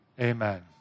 Amen